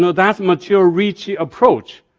so that's matteo ricci approach,